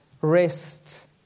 rest